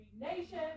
Nation